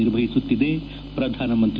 ನಿರ್ವಹಿಸುತ್ತಿದೆ ಪ್ರಧಾನಮಂತ್ರಿ